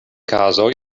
kazoj